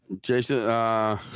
Jason